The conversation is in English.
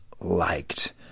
liked